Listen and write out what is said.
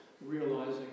realizing